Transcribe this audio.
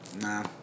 nah